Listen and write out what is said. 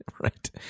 Right